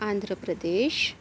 Andhra Pradesh